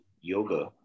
yoga